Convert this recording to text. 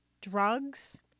drugs